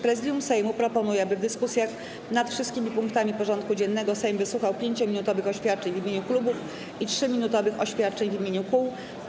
Prezydium Sejmu proponuje, aby w dyskusjach nad wszystkimi punktami porządku dziennego Sejm wysłuchał 5-minutowych oświadczeń w imieniu klubów i 3-minutowych oświadczeń w imieniu kół.